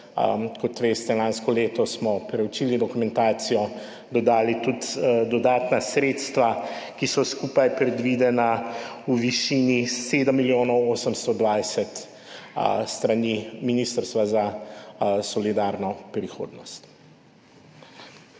Kot veste, smo lansko leto preučili dokumentacijo, dodali tudi dodatna sredstva, ki so skupaj predvidena v višini 7 milijonov 820 s strani Ministrstva za solidarno prihodnost.